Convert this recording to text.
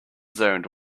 zoned